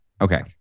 Okay